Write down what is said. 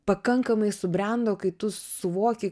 pakankamai subrendo kai tu suvoki